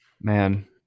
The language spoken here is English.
man